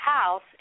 House